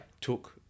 took